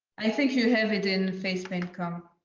i think you have it in facepaint com.